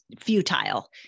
futile